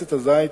מועצת הזית